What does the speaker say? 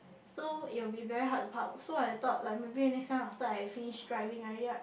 so it will be very hard to park so I thought like maybe next time after I finish driving already right